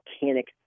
volcanic